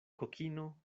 kokino